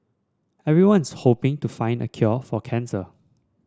everyone's hoping to find a cure for cancer